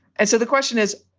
and so the question is,